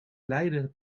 leider